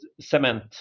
cement